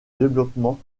développement